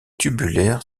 tubulaire